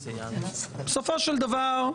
בסופו של דבר,